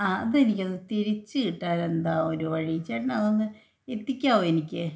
ആ അതെനിക്കൊന്നു തിരിച്ചുകിട്ടാനെന്താണ് ഒരു വഴി ചേട്ടനതൊന്ന് എത്തിക്കാമോ എനിക്ക്